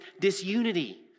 disunity